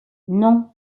non